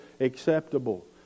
acceptable